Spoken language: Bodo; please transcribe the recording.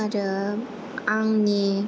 आरो आंनि